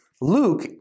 Luke